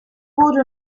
wurde